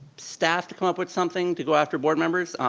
staff to come up with something, to go after board members.